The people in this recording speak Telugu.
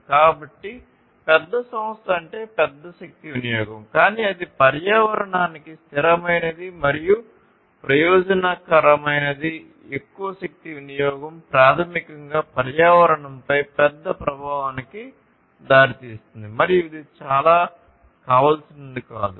కాబట్టి పెద్ద సంస్థ అంటే పెద్ద శక్తి వినియోగం కానీ అది పర్యావరణానికి స్థిరమైనది మరియు ప్రయోజనకరమైనది ఎక్కువ శక్తి వినియోగం ప్రాథమికంగా పర్యావరణంపై పెద్ద ప్రభావానికి దారితీస్తుంది మరియు ఇది చాలా కావాల్సినది కాదు